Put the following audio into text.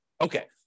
Okay